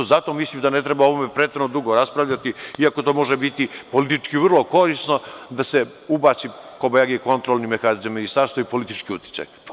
Zato mislim da ne treba ovome preterano dugo raspravljati, iako to može biti politički vrlo korisno, da se ubaci, kobajagi, kontrolni mehanizam, ministarstvo i politički uticaj.